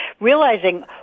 realizing